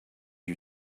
you